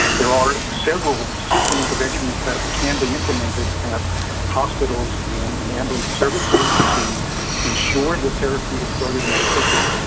there are several system interventions that can be implemented at hospitals and in ambulance services to ensure the therapy is started more quickly,